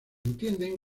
entienden